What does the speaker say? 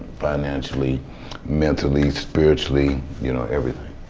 financially mentally spiritually, you know, everything.